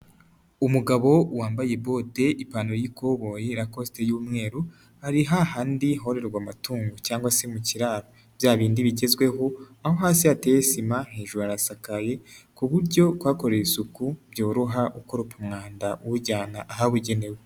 Umugabo wambaye bote ipantaro y'ikoboyi rakosite y'umweru ari ha handi hororerwa amatungo cyangwa se mu kiraro, bya bindi bigezweho aho hasi hateye sima hejuru harasakaye ku buryo kuhakorera isuku byoroha, ukoropa umwanda uwujyana ahabugenewe.